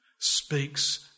Speaks